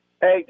Hey